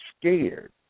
scared